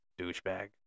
Douchebag